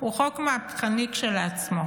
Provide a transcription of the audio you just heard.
הוא חוק מהפכני כשלעצמו.